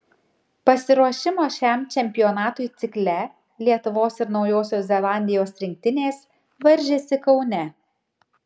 pasiruošimo šiam čempionatui cikle lietuvos ir naujosios zelandijos rinktinės varžėsi kaune